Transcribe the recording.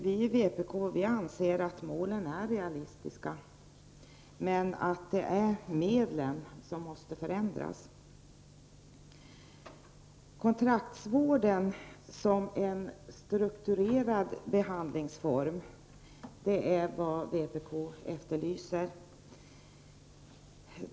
Vi i vpk anser att målen är realistiska men att medlen måste förändras. Kontraktsvården som en strukturerad behandlingsform är vad vi efterlyser.